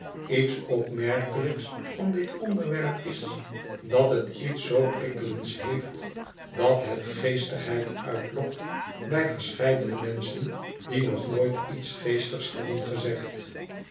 iets opmerkelijks van dit onderwerp is dat het iets zoo prikkelends heeft dat het geestigheid uitlokt bij verscheidene menschen die nog nooit iets geestigs hadden gezegd